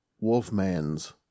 Wolfman's